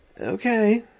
okay